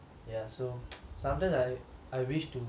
ya so sometimes I I wish to